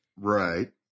right